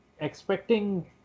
expecting